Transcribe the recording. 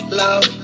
love